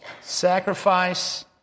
sacrifice